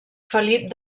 felip